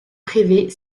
privées